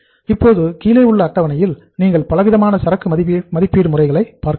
இப்போது கீழே உள்ள அட்டவணையில் நீங்கள் பலவிதமான சரக்கு மதிப்பீடு முறைகளை பார்க்கலாம்